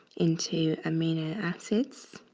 into amino acids.